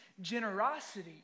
generosity